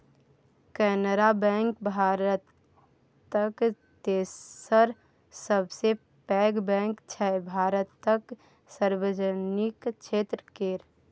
Canara bank भारतक तेसर सबसँ पैघ बैंक छै भारतक सार्वजनिक क्षेत्र केर